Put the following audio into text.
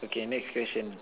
okay next question